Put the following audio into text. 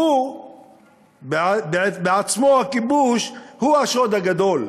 שהוא עצמו, הכיבוש, הוא השוד הגדול.